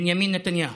בנימין נתניהו.